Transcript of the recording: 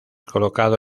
colocado